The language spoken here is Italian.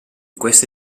questa